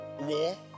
war